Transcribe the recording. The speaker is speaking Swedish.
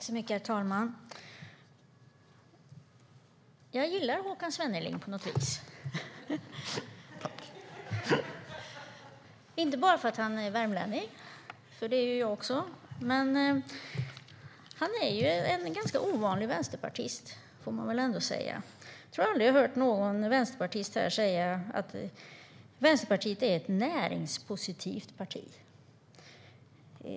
Herr talman! Jag gillar Håkan Svenneling på något vis, inte bara för att han är värmlänning liksom jag. Men han är en ganska ovanlig vänsterpartist, får man ändå säga. Jag tror aldrig att jag har hört någon vänsterpartist här säga att Vänsterpartiet är ett näringspositivt parti.